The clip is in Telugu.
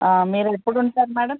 మీరు ఎప్పుడు ఉంటారు మ్యాడమ్